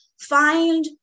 find